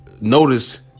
Notice